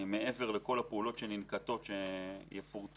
מעבר לכל הפעולות שננקטות שיפורטו,